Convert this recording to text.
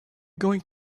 going